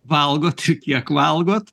valgot ir kiek valgot